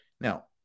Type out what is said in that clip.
Now